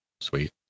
Sweet